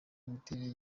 imiterere